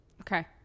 okay